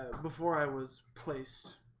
before i was placed